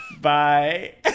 bye